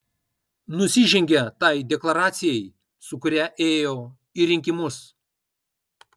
nusižengia tai deklaracijai su kuria ėjo į rinkimus